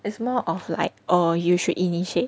is more of like oh you should initiate